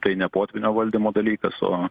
tai ne potvynio valdymo dalykas o